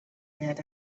get